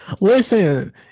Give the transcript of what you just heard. Listen